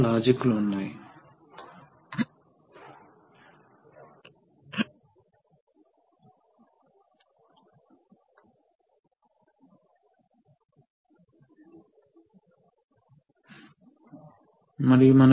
కాబట్టి కుడి పోసిషన్ లో ఏమి జరుగుతుంది